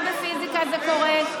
גם בפיזיקה זה קורה,